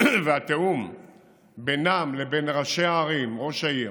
התיאום בינם לבין ראשי הערים, ראש העיר,